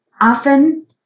often